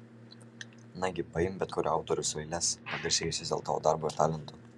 nagi paimk bet kurio autoriaus eiles pagarsėjusias dėl tavo darbo ir talento